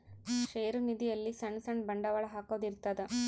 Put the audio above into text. ಷೇರು ನಿಧಿ ಅಲ್ಲಿ ಸಣ್ ಸಣ್ ಬಂಡವಾಳ ಹಾಕೊದ್ ಇರ್ತದ